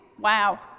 Wow